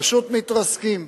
פשוט מתרסקים.